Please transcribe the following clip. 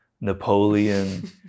Napoleon